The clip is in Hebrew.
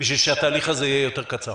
בשביל שהתהליך הזה יהיה יותר קצר?